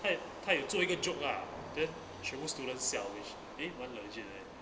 她她有做一个 joke lah then she go learn siao a wish eh want legit leh